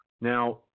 Now